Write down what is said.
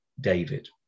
David